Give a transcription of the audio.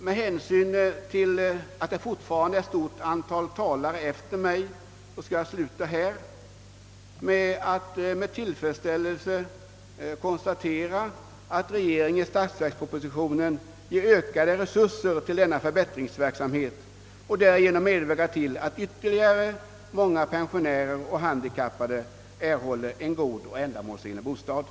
Med hänsyn till att det fortfarande är ett stort antal talare efter mig skall jag sluta mitt anförande med att med tillfredsställelse konstatera, att regeringen i statsverkspropositionen ger ökade resurser till denna förbättringsverksamhet och därigenom medverkar till att ytterligare många pensionärer och handikappade erhåller goda och ändamålsenliga bostäder.